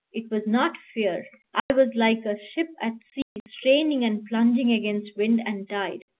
it was not fear. i was like a ship at sea straining and plunging against wind and tide,